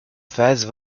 phases